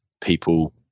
people